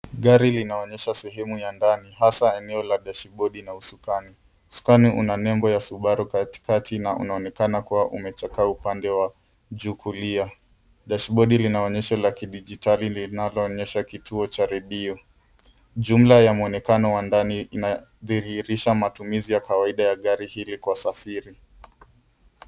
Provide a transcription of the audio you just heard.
Gari linaonyesha sehemu ya ndani hasa eneo la dashibodi na usukani. Usukani una nembo ya Subaru katikati na unaonekana kuwa umechakaa upande wa juu kulia. Dashibodi lina onyesho la kidijitali linaloonyesha kituo cha redio. Jumla ya mwonekano wa ndani inadhihirisha matumizi ya kawaida ya gari hili kwa safiri.